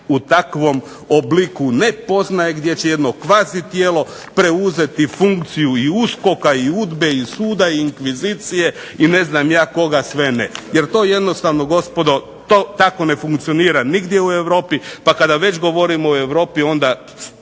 u takvom obliku ne poznaje, gdje će jedno kvazi tijelo preuzeti funkciju i USKOK-a i UDBA-e i suda i inkvizicije i ne znam ja koga sve ne, jer to jednostavno gospodo, to tako ne funkcionira nigdje u Europi, pa kada već govorimo o Europi, onda